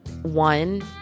One